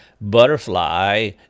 butterfly